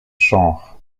genres